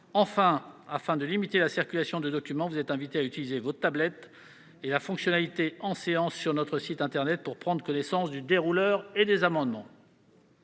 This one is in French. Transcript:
Enfin, afin de limiter la circulation de documents, vous êtes invités à utiliser vos tablettes et la fonctionnalité « En séance » sur le site internet du Sénat pour prendre connaissance du dérouleur et des amendements.